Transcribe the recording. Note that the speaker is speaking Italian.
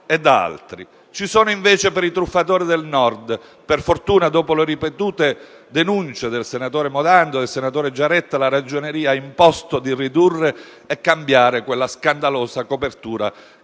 Ci sono invece per i truffatori del Nord (per fortuna, dopo le ripetute denunce dei senatori Morando e Giaretta, la Ragioneria ha imposto di ridurre e cambiare quella scandalosa copertura, che